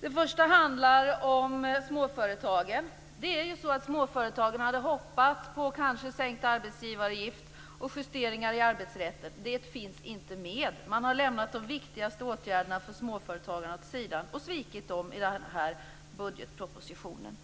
Den första punkten gäller småföretagen. Småföretagen hade hoppats på en sänkt arbetsgivaravgift och på justeringar av arbetsrätten. Detta finns inte med. Man har lämnat de viktigaste åtgärderna för småföretagarna åt sidan och svikit dem i vårpropositionen.